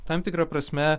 tam tikra prasme